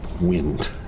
wind